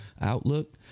outlook